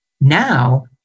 Now